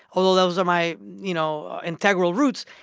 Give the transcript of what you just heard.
although those are my, you know, integral roots.